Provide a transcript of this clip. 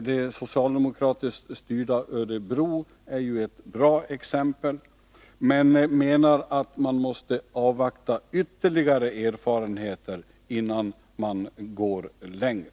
Det socialdemokratiskt styrda Örebro är ju ett bra exempel. Men utskottsmajoriteten menar att man måste avvakta ytterligare erfarenheter innan man går längre.